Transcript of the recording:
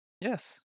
Yes